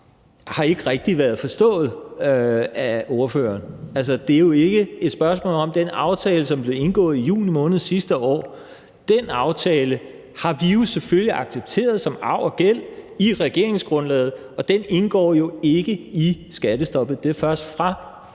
det ikke rigtig er blevet forstået af ordføreren. Altså, det er jo ikke et spørgsmål om den aftale, som blev indgået i juni måned sidste år. Den aftale har vi jo selvfølgelig accepteret som arv og gæld i regeringsgrundlaget. Og den indgår skattestoppet jo ikke i,